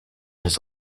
his